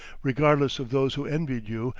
regardless of those who envied you,